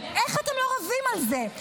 איך אתם לא רבים על זה?